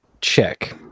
check